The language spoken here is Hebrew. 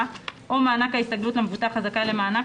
או מענק ההסתגלות למבוטח הזכאי למענק,